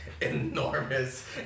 enormous